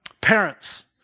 Parents